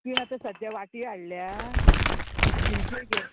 पूण आतां सद्द्या वाट्यो हाडल्या इश्टील्यो गे